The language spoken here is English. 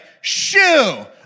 shoo